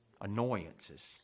annoyances